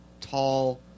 tall